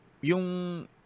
yung